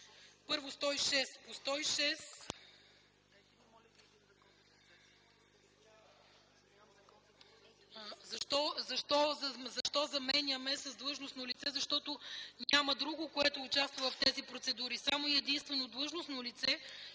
в чл. 106 – защо заменяме с „длъжностно лице”? Защото няма друго, което участва в тези процедури. Само и единствено длъжностно лице